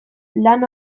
lan